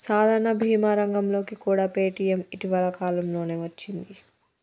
సాధారణ భీమా రంగంలోకి కూడా పేటీఎం ఇటీవల కాలంలోనే వచ్చింది